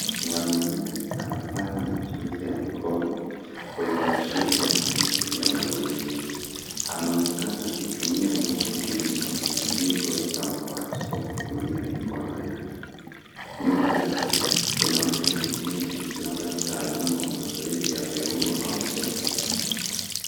Mwanaume anafanya mazoezi ya mikono kwenye mashine maalum ya mazoezi. Anaonekana akitumia nguvu kuinua mizigo ya samawati kwa kutumia mikono yake. Nyuma yake kuna mtu mwingine labda mtaalam wa mazoezi ya viungo au msaidizi.